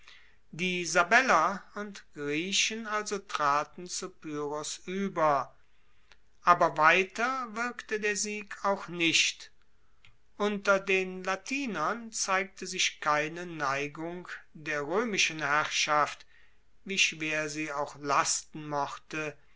die sabeller und griechen also traten zu pyrrhos ueber aber weiter wirkte der sieg auch nicht unter den latinern zeigte sich keine neigung der roemischen herrschaft wie schwer sie auch lasten mochte